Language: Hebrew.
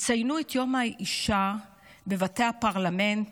את יום האישה יציינו בבתי הפרלמנט,